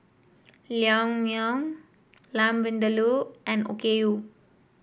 Naengmyeon Lamb Vindaloo and Okayu